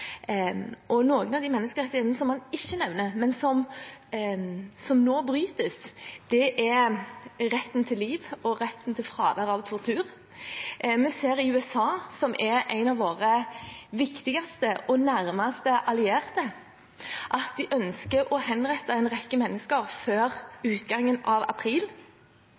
Noen av de menneskerettighetene som han ikke nevner, men som nå brytes, er retten til liv og retten til fravær av tortur. Vi ser at i USA, som er en av våre viktigste og nærmeste allierte, ønsker de å henrette en rekke mennesker før utgangen av april